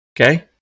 Okay